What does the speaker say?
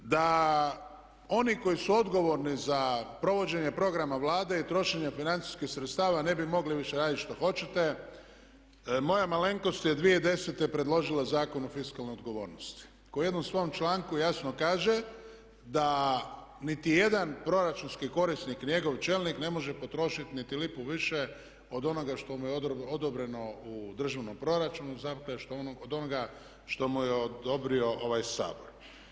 Da oni koji su odgovorni za provođenje programa Vlade i trošenja financijskih sredstava ne bi mogli više raditi što hoćete moja malenkost je 2010. predložila Zakon o fiskalnoj odgovornosti koji u jednom svom članku jasno kaže da nitijedan proračunski korisnik i njegov čelnik ne može potrošiti niti lipu više od onoga što mu je odobreno u državnom proračunu, od onoga što mu je odobrio ovaj Sabor.